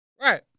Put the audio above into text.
Right